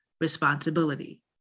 responsibility